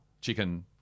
chicken